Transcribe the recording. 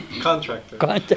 Contractor